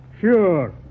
Sure